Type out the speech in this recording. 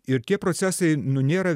ir tie procesai nu nėra